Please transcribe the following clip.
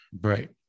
right